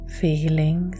feeling